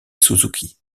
suzuki